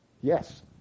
Yes